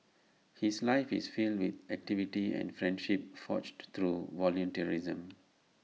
his life is filled with activity and friendships forged through volunteerism